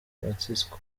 francisco